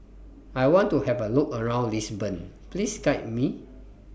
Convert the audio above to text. I want to Have A Look around Lisbon Please Guide Me